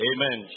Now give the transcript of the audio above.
Amen